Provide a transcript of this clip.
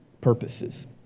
purposes